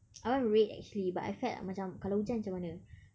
I want red actually but I felt like kalau hujan macam mana